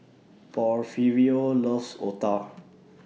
Porfirio loves Otah